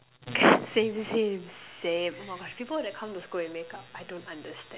same same same oh my gosh people that come to school with makeup I don't understand